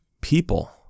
people